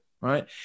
right